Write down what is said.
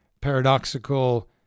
paradoxical